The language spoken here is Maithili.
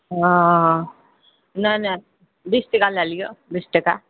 हँ हँ नहि नहि बीस टका लऽ लिअऽ बीस टका